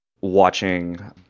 watching